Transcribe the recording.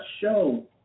show